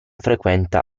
frequenta